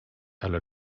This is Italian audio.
alla